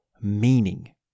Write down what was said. meaning